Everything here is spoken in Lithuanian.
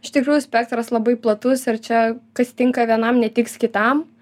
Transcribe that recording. iš tikrųjų spektras labai platus ir čia kas tinka vienam netiks kitam